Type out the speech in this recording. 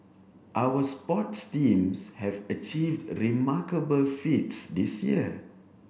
our sports teams have achieved remarkable feats this year